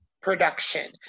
production